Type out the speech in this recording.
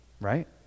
right